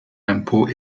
l’impôt